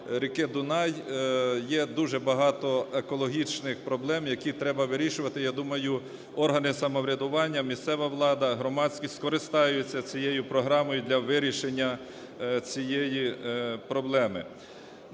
Дунай є дуже багато екологічних проблем, які треба вирішувати. Я думаю, органи самоврядування, місцева влада, громадськість скористаються цієї програмою для вирішення цієї проблеми.